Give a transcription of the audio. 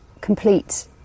complete